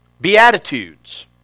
Beatitudes